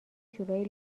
جورایی